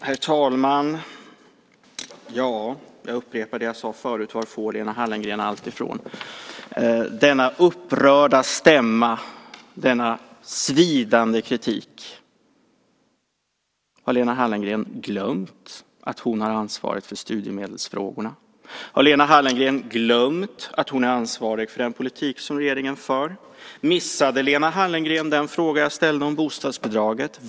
Herr talman! Jag upprepar det jag sade förut: Var får Lena Hallengren allt ifrån? Vilken upprörd stämma och svidande kritik! Har Lena Hallengren glömt att hon har ansvaret för studiemedelsfrågorna? Har Lena Hallengren glömt att hon är ansvarig för den politik som regeringen för? Missade Lena Hallengren den fråga jag ställde om bostadsbidraget?